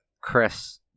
Chris